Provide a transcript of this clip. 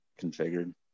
configured